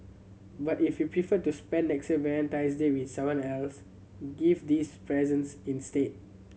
but if you prefer to spend next year's Valentine's Day with someone else give these presents instead